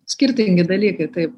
skirtingi dalykai taip